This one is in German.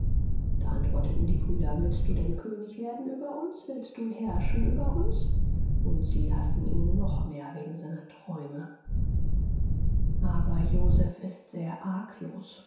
da antworten die brüder willst du denn könig werden über uns willst du herrschen über uns und sie hassen ihn noch mehr wegen seiner träume aber joseph ist sehr arglos